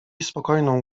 spokojną